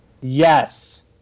Yes